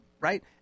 right